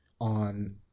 on